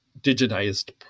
digitized